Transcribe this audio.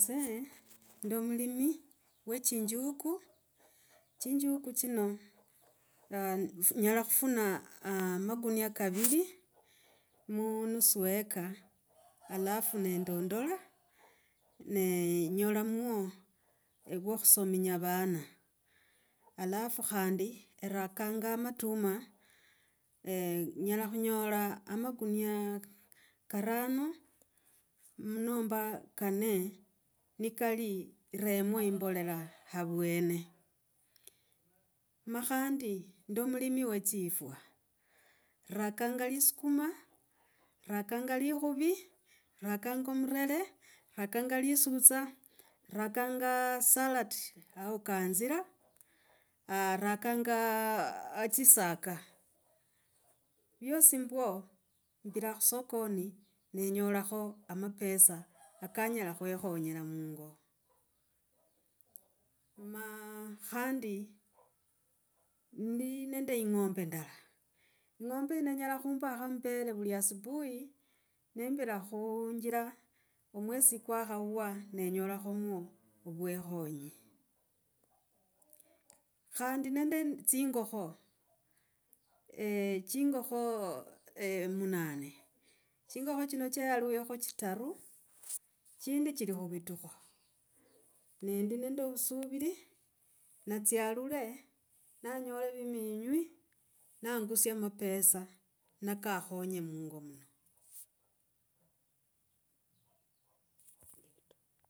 Ize ndi mulimi wa chinjuku, chino huu nyala khufuna makunia kaviri mu nusu acre, alafu nendondola nenyola mwo ouwakhusominya vana. Alafu khandi erakanga amatuma eeh, nyela khunyola makunia karano nomba kane na kali rehemo imbolela abwene. Ma khandi, ndi mulimi we chifwa, rakanga isukuma, raka likhuvi, rakanga omurere, rakanga lisutsa, rakanga sarati au kanzila, haa rakaanga chisaka, vyosi mbwo mbira kusokoni, nenyolakho amapesa kanyala khwikhonyera mungo. Ma khandi ndi nende ing’ombe ndasla, ing’ombe yino enyela khumbakho amabere vuli asubuhi, nembira khunjira, omwesi kwakhava nenyolakhomo vwikhonyi khandi nende, tsingokho. chingokho munane chendi nacho, chingokho chino chayalulakho chitaru. Chindi chili khuvitukho. Nendi nende vusuviri natsyalale na nyola viminywi nengusie mapesa nakakhonye mungo muno.